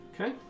Okay